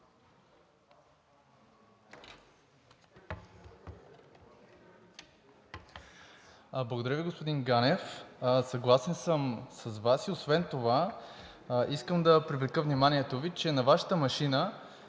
Благодаря Ви, господин Ганев. Съгласен съм с Вас. Освен това искам да привлека вниманието Ви, че на Вашата машина